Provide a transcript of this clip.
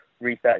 research